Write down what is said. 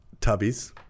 tubbies